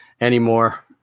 anymore